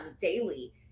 daily